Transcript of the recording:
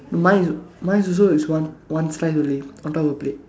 mine mine also is one one slice only on top of the plate